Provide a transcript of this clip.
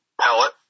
pellet